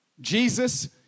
Jesus